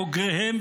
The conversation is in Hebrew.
בוגריהם,